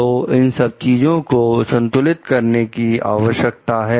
तो इन सब चीजों को संतुलित करने की आवश्यकता है